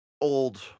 old